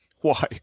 Why